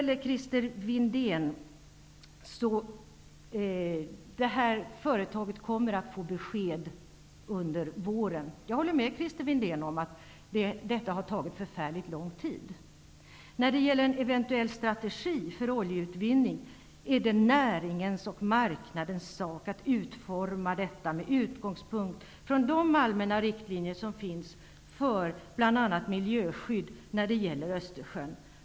Detta företag kommer att få besked under våren, Christer Windén. Jag håller med Christer Windén om att detta har tagit förfärligt lång tid. När det gäller en eventuell strategi för oljeutvinning, är det näringens och marknadens sak att utforma en sådan med utgångspunkt från de allmänna riktlinjer som finns för bl.a. miljöskydd för Östersjön.